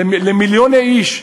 למיליוני איש,